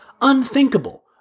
unthinkable